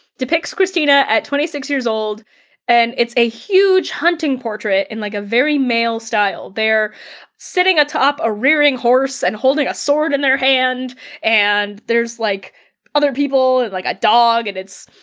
depicts kristina at twenty six years old and it's a huge hunting portrait and like a very male style. they're sitting atop a rearing horse and holding a sword in their hand and there's like other people like a dog and it's,